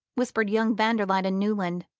whispered young van der luyden newland,